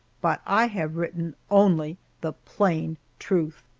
but i have written only the plain truth.